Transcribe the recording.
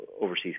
overseas